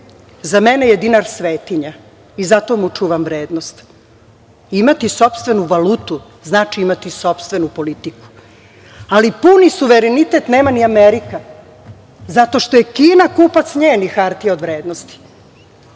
Za mene je dinar svetinja i zato mu čuvam vrednost. Imati sopstvenu valutu znači imati sopstvenu politiku, ali puni suverenitet nema ni Amerika, zato što je Kina kupac njenih hartija od vrednosti.